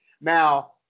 now